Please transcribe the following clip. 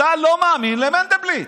אתה לא מאמין למנדלבליט.